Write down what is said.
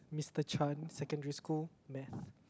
Mister Chan secondary school math